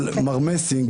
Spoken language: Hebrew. אבל מר מסינג,